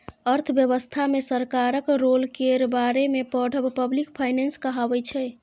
अर्थव्यवस्था मे सरकारक रोल केर बारे मे पढ़ब पब्लिक फाइनेंस कहाबै छै